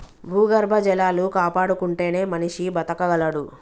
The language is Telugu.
భూగర్భ జలాలు కాపాడుకుంటేనే మనిషి బతకగలడు